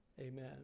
Amen